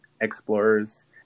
explorers